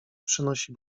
przynosi